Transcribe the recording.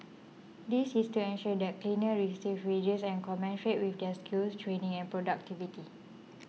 this is to ensure that cleaners receive wages and commensurate with their skills training and productivity